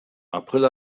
april